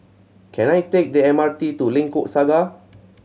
can I take the M R T to Lengkok Saga